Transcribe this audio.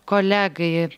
kolegai ir